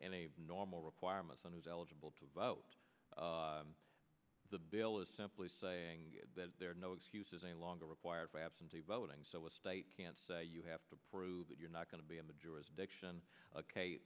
any normal requirements on who's eligible to vote the bill is simply saying that there are no excuses any longer required for absentee voting so a state can't say you have to prove that you're not going to be in the jurisdiction o